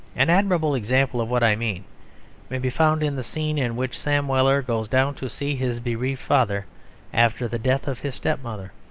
an admirable example of what i mean may be found in the scene in which sam weller goes down to see his bereaved father after the death of his step-mother.